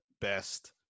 best